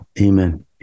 Amen